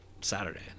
Saturday